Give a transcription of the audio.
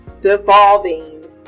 devolving